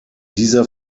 dieser